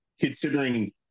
considering